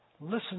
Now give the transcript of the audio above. listen